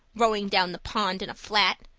rowing down the pond in a flat?